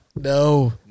No